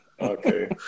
Okay